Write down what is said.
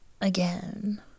again